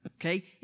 Okay